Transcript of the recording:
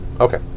Okay